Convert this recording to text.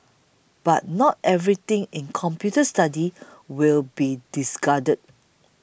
but not everything in computer studies will be discarded